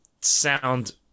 sound